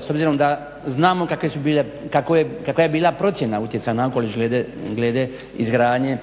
s obzirom da znamo kakva je bila procjena utjecaja na okoliš glede izgradnje